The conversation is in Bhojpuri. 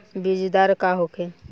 बीजदर का होखे?